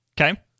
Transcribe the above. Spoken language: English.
Okay